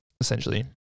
essentially